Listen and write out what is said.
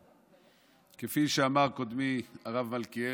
כפי שאמר קודמי הרב מלכיאלי,